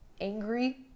angry